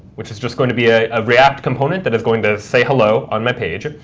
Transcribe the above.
which is just going to be a react component that is going to say hello on my page.